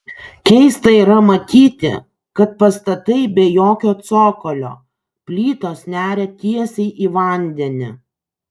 keista yra matyti kad pastatai be jokio cokolio plytos neria tiesiai į vandenį